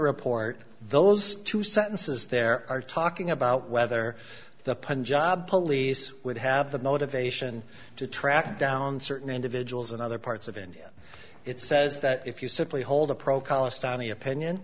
report those two sentences there are talking about whether the punjab police would have the motivation to track down certain individuals in other parts of india it says that if you simply hold a procol astonied opinion